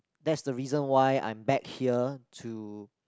that's the reason why I'm back here to